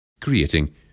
creating